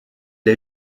est